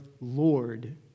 Lord